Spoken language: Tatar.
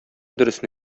дөресен